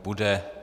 Bude.